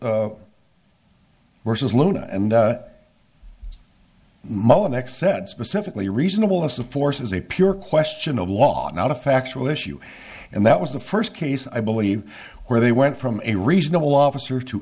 ix and mowen x said specifically reasonable us of force is a pure question of law not a factual issue and that was the first case i believe where they went from a reasonable officer to